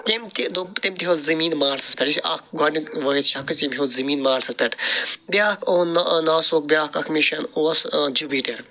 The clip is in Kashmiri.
کٔمۍ کہِ دوٚپ تٔمۍ تہِ ہیوٚت زٔمیٖن مارسَس پٮ۪ٹھ یہِ چھِ اکھ گۄڈنیُک وٲحد شخٕص ییٚمۍ ہیوٚت زٔمیٖن مارسَس پٮ۪ٹھ بیٛاکھ اوٚن نہ ناسہُک بیٛاکھ اکھ مِشن اوس جِپیٖٹر